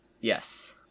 Yes